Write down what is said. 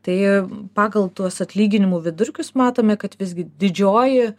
tai pagal tuos atlyginimų vidurkius matome kad visgi didžioji